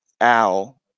Al